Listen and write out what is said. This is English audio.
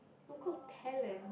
local talent